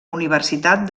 universitat